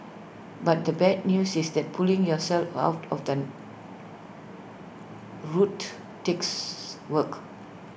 but the bad news is that pulling yourself out of the rut takes work